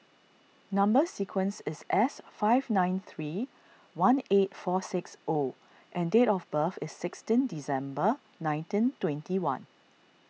Number Sequence is S five nine three one eight four six O and date of birth is sixteen December nineteen twenty one